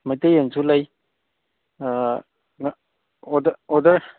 ꯃꯩꯇꯩ ꯌꯦꯟꯁꯨ ꯂꯩ ꯑꯣꯗꯔ